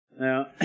Now